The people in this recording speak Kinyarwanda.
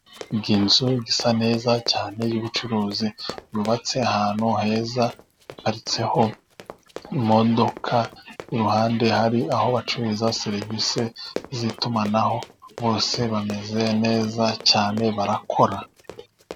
Iyi nzu isa neza cyane y'ubucuruzi, yubatse ahantu heza haparitseho imodoka, iruhande hari aho abacuruza serivise z'itumanaho, bose bameze neza cyane barakora.